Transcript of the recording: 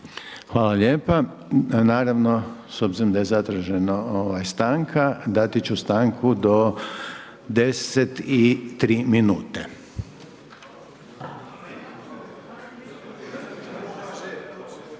Hvala lijepa, naravno s obzirom da je zatražena stanka dati ću stanku do 10 i 3 minute.